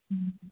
ம்